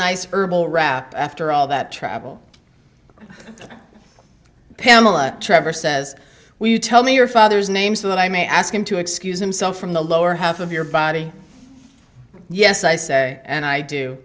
nice herbal wrap after all that travel pamela trevor says will you tell me your father's name so that i may ask him to excuse himself from the lower half of your body yes i say and i do